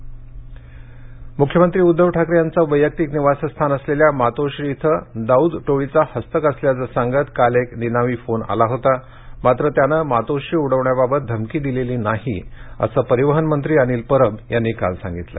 मातोश्री मुख्यमंत्री उद्धव ठाकरे यांचं वैयक्तिक निवासस्थान असलेल्या मातोश्री इथ दाऊद टोळीचा हस्तक असल्याचं सांगत काल एक निनावी फोन आला होता मात्र त्यानं मातोश्री उडवण्याबाबत धमकी दिलेली नाही असं परीवहन मंत्री अनिल परब यांनी काल सांगितलं